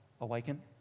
awaken